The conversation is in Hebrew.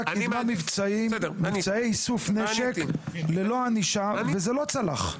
קידמה מבצעי איסוף נשק ללא ענישה וזה לא צלח.